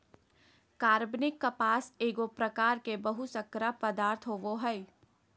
कार्बनिक कपास एगो प्रकार के बहुशर्करा पदार्थ होबो हइ